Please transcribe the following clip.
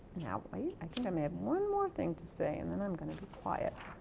now wait, i think i may have one more thing to say and then i'm going to be quiet.